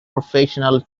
professional